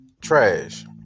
trash